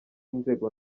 y’inzego